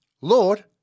Lord